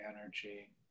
energy